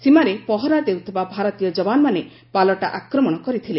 ସୀମାରେ ପହରା ଦେଉଥିବା ଭାରତୀୟ ଜବାନମାନେ ପାଲଟା ଆକ୍ରମଣ କରିଥିଲେ